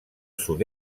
sud